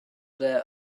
their